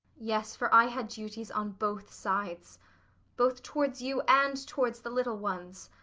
yes, for i had duties on both sides both towards you and towards the little ones.